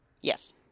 Yes